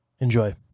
Enjoy